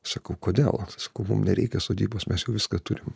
sakau kodėl sakau mum nereikia sodybos mes jau viską turim